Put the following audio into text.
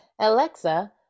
Alexa